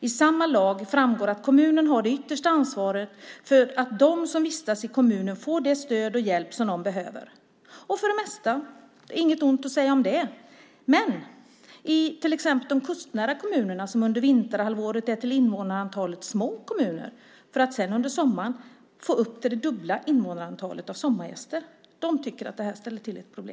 I samma lag framgår att kommunen har det yttersta ansvaret för att de som vistas i kommunen får det stöd och den hjälp som de behöver. För det mesta är det inget ont att säga om det. Men till exempel de kustnära kommunerna tycker att det här ställer till problem. De är under vinterhalvåret till invånarantalet små kommuner för att sedan under sommaren få upp till det dubbla invånarantalet genom sommargästerna.